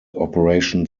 operation